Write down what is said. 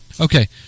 okay